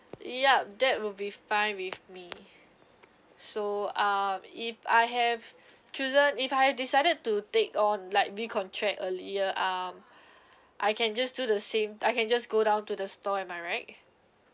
yup that will be fine with me so um if I have chosen if I have decided to take on like recontract earlier um I can just do the same I can just go down to the store am I right